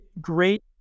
great